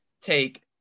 take